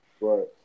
Right